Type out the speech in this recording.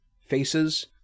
faces